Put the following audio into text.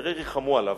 כנראה ריחמו עליו,